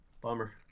Bummer